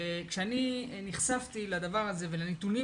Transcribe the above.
כשאני נחשפתי לדבר הזה ולנתונים,